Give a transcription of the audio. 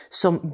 som